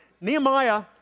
Nehemiah